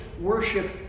worship